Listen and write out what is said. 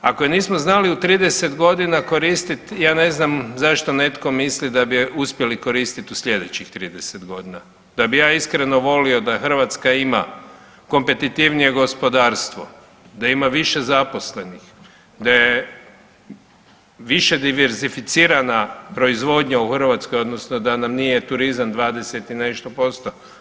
Ako je nismo znali u 30 godina koristiti, ja ne znam zašto netko misli da bi je uspjeli koristiti u sljedećih 30 godina, da bih ja iskreno volio da Hrvatska ima kompetitivnije gospodarstvo, da ima više zaposlenih, da je više diverzificirana proizvodnja u Hrvatskoj, odnosno da nam turizam nije 20 i nešto posto.